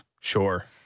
sure